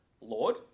Lord